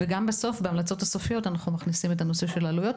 וגם בהמלצות הסופיות אנחנו מכניסים את הנושא של העלויות.